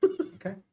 Okay